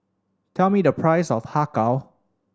tell me the price of Har Kow